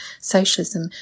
socialism